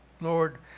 Lord